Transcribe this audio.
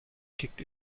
kicked